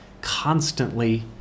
constantly